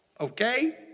Okay